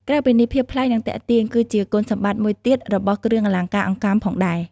ក្រៅពីនេះ ភាពប្លែក និងទាក់ទាញ គឺជាគុណសម្បត្តិមួយទៀតរបស់គ្រឿងអលង្ការអង្កាំផងដែរ។